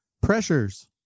pressures